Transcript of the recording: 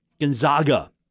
Gonzaga